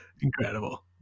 incredible